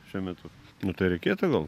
šiuo metu nu tai reikėtų gal